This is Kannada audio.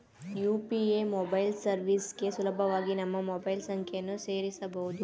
ಯು.ಪಿ.ಎ ಮೊಬೈಲ್ ಸರ್ವಿಸ್ಗೆ ಸುಲಭವಾಗಿ ನಮ್ಮ ಮೊಬೈಲ್ ಸಂಖ್ಯೆಯನ್ನು ಸೇರಸಬೊದು